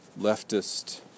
leftist